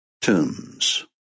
tombs